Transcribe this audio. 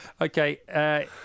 Okay